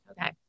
okay